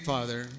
Father